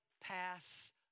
pass